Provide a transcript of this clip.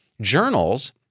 journals